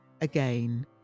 again